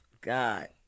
God